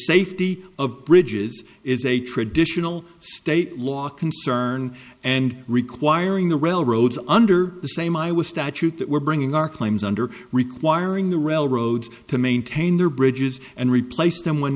safety of bridges is a traditional state law concern and requiring the railroads under the same i will statute that we're bringing our claims under requiring the railroads to maintain their bridges and replace them when